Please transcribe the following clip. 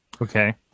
Okay